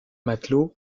matelot